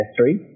S3